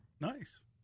Nice